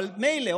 אבל מילא,